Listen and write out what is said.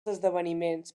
esdeveniments